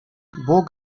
bóg